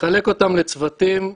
נחלק אותם לצוותים,